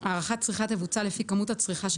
הערכת צריכה תבוצע לפי כמות הצריכה של